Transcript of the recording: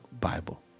Bible